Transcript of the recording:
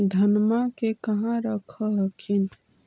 धनमा के कहा रख हखिन?